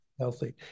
healthy